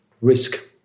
risk